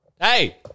Hey